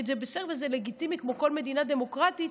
זה בסדר וזה לגיטימי כמו בכל מדינה דמוקרטית,